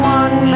one